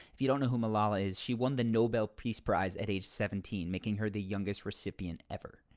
if you don't know who malala is, she won the nobel peace prize at age seventeen making her the youngest recipient ever.